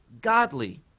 godly